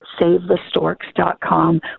SaveTheStorks.com